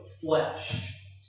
flesh